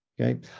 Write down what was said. Okay